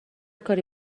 کاری